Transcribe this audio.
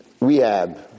rehab